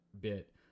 bit